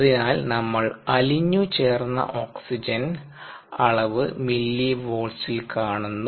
അതിനാൽ നമ്മൾ അലിഞ്ഞു ചേർന്ന ഓക്സിജൻ അളവ് മില്ലിവോൾട്ട്സിൽ കാണുന്നു